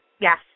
Yes